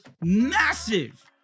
massive